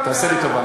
תקשיב.